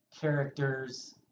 characters